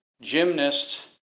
gymnast